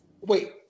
Wait